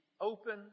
open